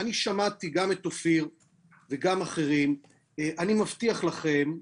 אני שמעתי גם את אופיר וגם אחרים, ואני מבטיח לכם,